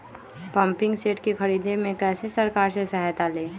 Pumping set के ख़रीदे मे कैसे सरकार से सहायता ले?